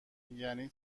یعنی